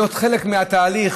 להיות חלק מהתהליך,